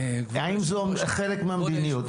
זה חלק מהמדיניות?